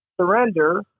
surrender